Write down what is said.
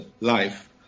life